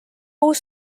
uus